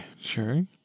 Sure